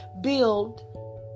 build